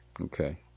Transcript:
okay